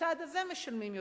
בצד הזה משלמים יותר.